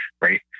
right